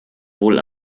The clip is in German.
wohl